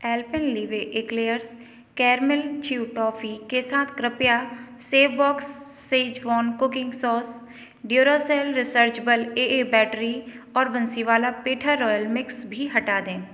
Alpenliebe eclairs caramel chewy toffee के साथ कृपया safe box schezwan cooking sauce Duracell rechargeable A A battery और Bansiwala petha royal mix भी हटा दें